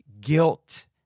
guilt